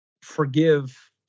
forgive